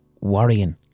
worrying